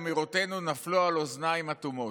אמירותינו, נפלו על אוזניים אטומות.